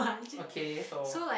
okay so